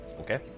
Okay